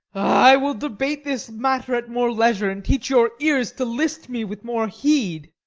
i will debate this matter at more leisure, and teach your ears to list me with more heed.